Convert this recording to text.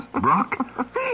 Brock